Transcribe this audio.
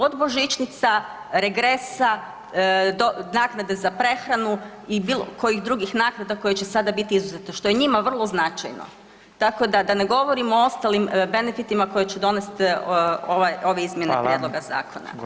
Od božićnica, regresa do naknade za prehranu i bilokojih drugih naknada koje će sada biti izuzete što je njima vrlo značajno, tako da da ne govorimo o ostalim benefitima koje će donesti ove izmjene prijedloga zakona.